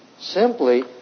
simply